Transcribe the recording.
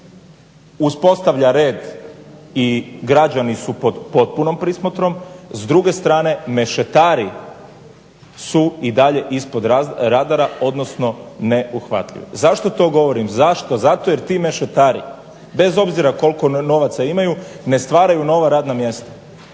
uspostavlja red i građani su pod potpunom prismotrom, s druge strane mešetari su i dalje ispod radara odnosno neuhvatljivi. Zašto to govorim, zašto, zato jer ti mešetari bez obzira koliko novaca imaju ne stvaraju nova radna mjesta